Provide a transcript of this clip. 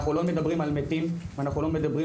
אנחנו לא מדברים על מתים ואנחנו לא מדברים,